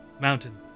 mountain